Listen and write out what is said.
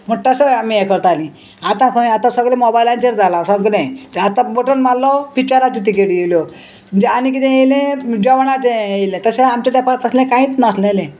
म्हण तसोय आमी हें करतालीं आतां खंय आतां सगलें मोबायलांचेर जालां सगलें आतां बटून मारलो पिक्चराच्यो तिकेट येयल्यो म्हणजे आनी किदें येयलें जेवणाचें येयलें तशें आमचें तें पास तसलें कांयच नासलेलें